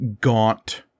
gaunt